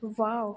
wow